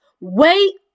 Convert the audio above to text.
Wait